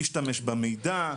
להשתמש במידע.